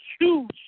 huge